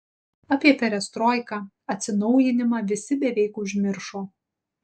apie perestroiką atsinaujinimą visi beveik užmiršo